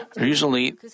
usually